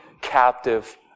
captive